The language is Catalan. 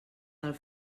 del